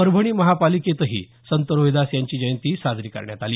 परभणी महानगरपालिकेतही संत रोहिदास यांची जयंती साजरी करण्यात आली